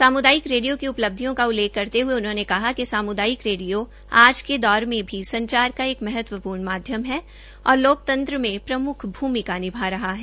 सामूदायिक रेडियो की उपलब्धियों का उल्लेख करते हये उन्होंने कहा कि सामूदायिक रेडियो के दौर में भी संचार का एक महत्पपूर्ण माध्यम है और लोकतंत्र में प्रम्ख भूमिका निभा रहा है